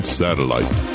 satellite